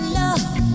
love